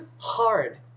hard